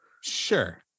Sure